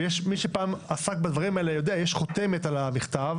מי שפעם עסק בדברים האלה יודע שיש חותמת על המכתב